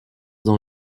dans